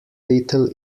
little